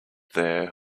there